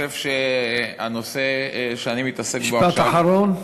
הנושא שאני מתעסק בו עכשיו,